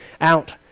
out